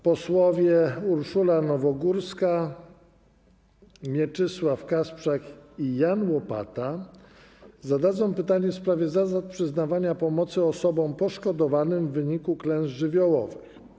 Posłowie Urszula Nowogórska, Mieczysław Kasprzak i Jan Łopata zadadzą pytanie w sprawie zasad przyznawania pomocy osobom poszkodowanym w wyniku klęsk żywiołowych.